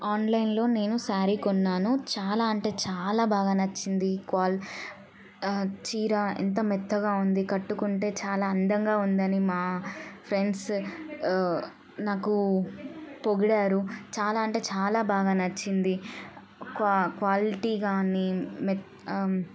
ఆన్లైన్లో నేను శారీ కొన్నాను చాలా అంటే చాలా బాగా నచ్చింది క్వాల్ చీర ఎంత మెత్తగా ఉంది కట్టుకుంటే చాలా అందంగా ఉందని మా ఫ్రెండ్స్ నాకు పొగిడారు చాలా అంటే చాలా బాగా నచ్చింది క్వా క్వాలిటీ కానీ మెత్